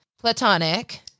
platonic